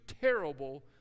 terrible